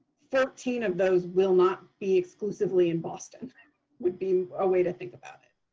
fourteen of those will not be exclusively in boston would be a way to think about it.